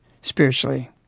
spiritually